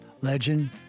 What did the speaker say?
legend